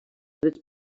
drets